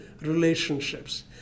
relationships